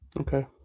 Okay